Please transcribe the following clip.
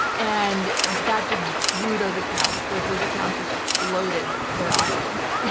and that just grew those accounts. those those accounts just exploded their audience.